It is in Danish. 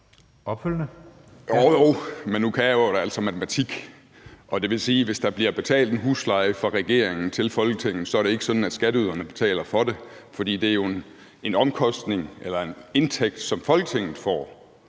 Olesen (LA): Jo jo, men nu kan jeg jo altså matematik. Og det vil sige, at hvis der bliver betalt en husleje fra regeringen til Folketinget, er det ikke sådan, at skatteyderne betaler for det, for det er jo en indtægt, som Folketinget får,